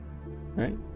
Right